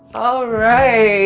all right.